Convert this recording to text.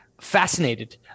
fascinated